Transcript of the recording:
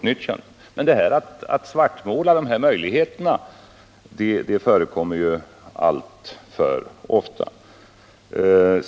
Det förekommer alltför ofta att man svartmålar möjligheterna att utnyttja dessa bränslen!